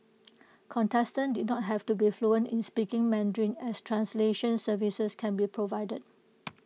contestants did not have to be fluent in speaking Mandarin as translation services can be provided